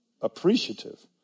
appreciative